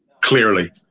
clearly